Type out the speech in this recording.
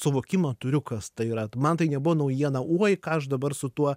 suvokimą turiu kas tai yra man tai nebuvo naujiena uoj ką aš dabar su tuo